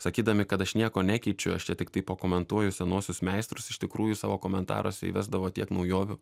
sakydami kad aš nieko nekeičiu aš čia tiktai pakomentuoju senuosius meistrus iš tikrųjų savo komentaruose įvesdavo tiek naujovių